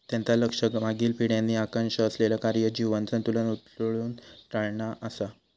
त्यांचा लक्ष मागील पिढ्यांनी आकांक्षा असलेला कार्य जीवन संतुलन उलथून टाकणा असा